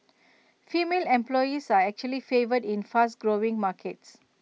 female employees are actually favoured in fast growing markets